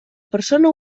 persona